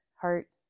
heart